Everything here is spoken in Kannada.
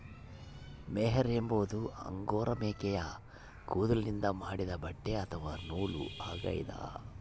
ಮೊಹೇರ್ ಎಂಬುದು ಅಂಗೋರಾ ಮೇಕೆಯ ಕೂದಲಿನಿಂದ ಮಾಡಿದ ಬಟ್ಟೆ ಅಥವಾ ನೂಲು ಆಗ್ಯದ